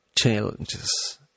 challenges